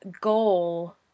goal